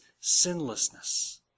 sinlessness